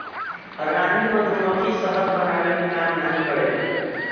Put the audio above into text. रानी मधुमक्खी शहद बनावे के काम नाही करेले